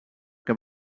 que